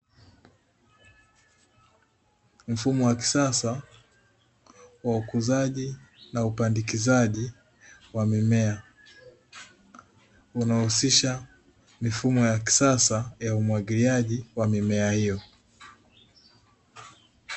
Mfumo wa kisasa wa ukuzaji na upandikizaji wa mimea. Unaohusisha mifumo ya kisasa ya umwagiliaji wa mimea hiyo.